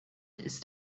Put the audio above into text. ist